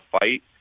fight